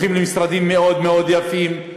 למשרדים מאוד מאוד יפים,